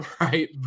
right